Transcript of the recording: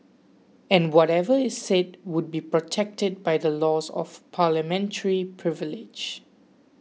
and whatever is said would be protected by the laws of parliamentary privilege